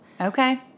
Okay